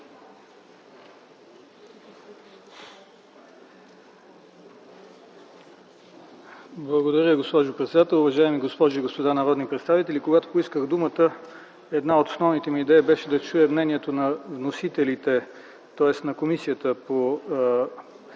Благодаря, госпожо председател. Уважаеми госпожи и господа народни представители! Когато поисках думата, една от основните ми идеи беше да чуя мнението на вносителите, тоест на комисията, по